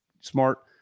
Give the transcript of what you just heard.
smart